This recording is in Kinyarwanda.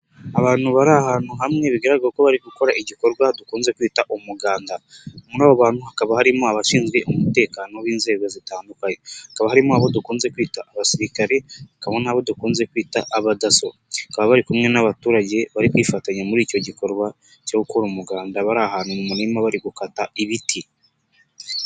Abantu bari ahantu hamwe bigaragara ko bari gukora igikorwa dukunze kwita umuganda, muri abo bantu hakaba harimo abashinzwe umutekano b'inzego zitandukanye, hakaba harimo abo dukunze kwita abasirikare, bakaba barimo abo dukunze kwita abadaso bakaba bari kumwe n'abaturage bari kwifatanya muri icyo gikorwa cyo gukora umuganda, bari ahantu mu murima bari gukata ibiti.